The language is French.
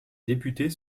députés